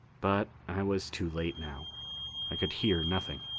but i was too late now i could hear nothing.